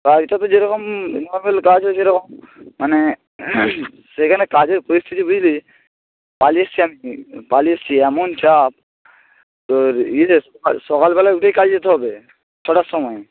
কাজটা তো যেরকম নর্মাল কাজ হয় সেরকম মানে সেখানে কাজের পরিস্থিতি বুঝলি পালিয়ে এসেছি আমি পালিয়ে এসেছি এমন চাপ তোর ইয়েতে সকাল সকালবেলায় উঠেই কাজে যেতে হবে ছটার সময়